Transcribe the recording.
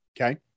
Okay